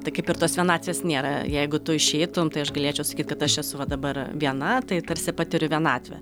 tai kaip ir tos vienatvės nėra jeigu tu išeitum tai aš galėčiau sakyt kad aš esu va dabar viena tai tarsi patiriu vienatvę